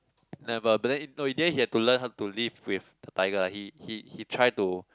never but then in the end he had to learn how to live with the tiger lah he he he try to